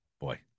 Boy